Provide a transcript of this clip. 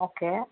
okay